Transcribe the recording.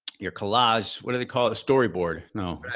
your collage, what do they call it? a storyboard, no